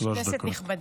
כנסת נכבדה,